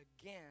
again